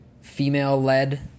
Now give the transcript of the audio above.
female-led